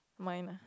mine ah